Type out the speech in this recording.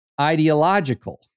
ideological